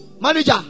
Manager